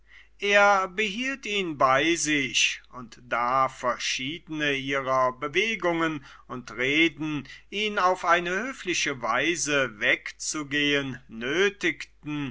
er behielt ihn bei sich und da verschiedene ihrer bewegungen und reden ihn auf eine höfliche weise wegzugehen nötigten